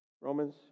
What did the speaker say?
Romans